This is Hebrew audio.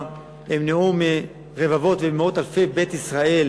ימנעו מרבבות וממאות אלפי בית ישראל